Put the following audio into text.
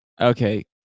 Okay